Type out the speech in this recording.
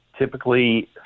Typically